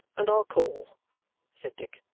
and i'll call said dick,